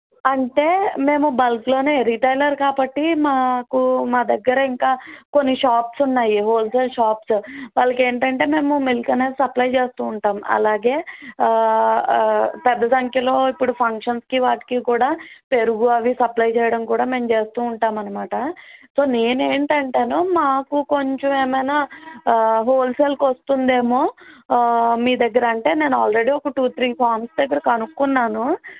అంటే మేము బల్క్లోనే రిటైలర్ కాబట్టి మాకు మా దగ్గర ఇంకా కొన్ని షాప్స్ ఉన్నాయి హోల్సేల్ షాప్స్ వాళ్ళకు ఏంటంటే మేము మిల్క్ అనేది సప్లై చేస్తూ ఉంటాము అలాగే పెద్ద సంఖ్యలో ఇప్పుడు ఫంక్షన్స్కి వాటికి కూడా పెరుగు అవి సప్లై చేయడం కూడా మేము చేస్తూ ఉంటాము అన్నమాట సో నేను ఏంటంటేను మాకు కొంచెం ఏమైనా హోల్సేల్కి వస్తుందేమో మీ దగ్గర అంటే నేను ఆల్రెడీ ఒక టూ త్రీ ఫార్మ్స్ దగ్గర కనుక్కున్నాను